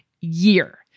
year